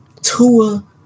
Tua